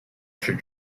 should